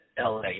LA